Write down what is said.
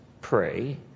pray